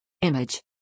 Image